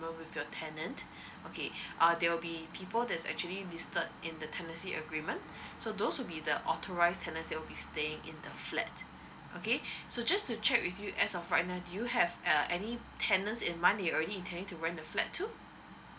with your tenant okay uh there will be people that's actually listed in the tenancy agreement so those will be the authorised tenants that will be staying in the flat okay so just to check with you as of right now do you have uh any tenants in mind that already intending to rent the flat to